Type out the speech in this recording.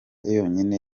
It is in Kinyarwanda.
yonyine